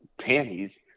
panties